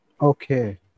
Okay